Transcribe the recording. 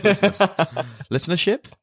listenership